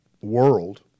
world